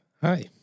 Hi